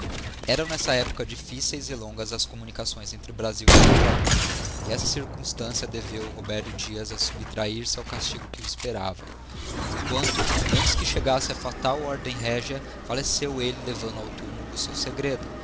eram nesta epocha diflsceis e longas as communições entre o brasil e a metrópole e a esta circumbtancia deveu roberio dias o subtrahir se ao castigo digiti zedby google que o esperava porquanto antes que chegasse a fatal ordem régia falleeeu elle levando ao tumulo o seu segredo